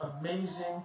amazing